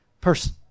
person